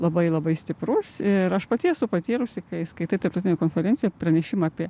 labai labai stiprus ir aš pati esu patyrusi kai skaitai tarptautinėj konferencijoj pranešimą apie